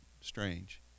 strange